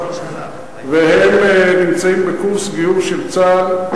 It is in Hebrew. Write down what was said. והם נמצאים בקורס גיור של צה"ל.